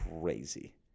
Crazy